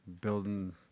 building